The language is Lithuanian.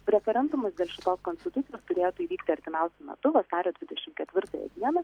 referendumas dėl šitos konstitucijos turėtų įvykti artimiausiu metu vasario dvidešim ketvirtąją dieną